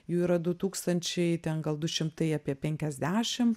jų yra du tūkstančiai ten gal du šimtai apie penkiasdešim